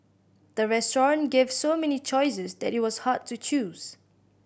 the restaurant gave so many choices that it was hard to choose